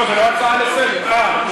לא, זו לא הצעה לסדר-היום.